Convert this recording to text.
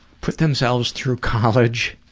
put themselves through college